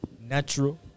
natural